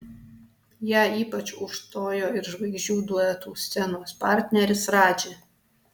ją ypač užstojo ir žvaigždžių duetų scenos partneris radži